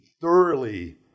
thoroughly